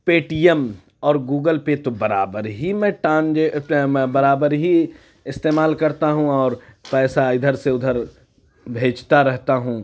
پے T M اور Google Pay تو برابر ہی میں برابر ہی استعمال کرتا ہوں اور پیسہ اِدھر سے اُدھر بھیجتا رہتا ہوں